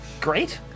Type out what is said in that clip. Great